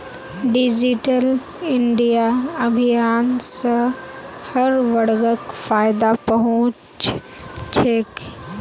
digital India अभियान स हर वर्गक फायदा पहुं च छेक